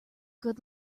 good